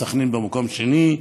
סח'נין במקום השני,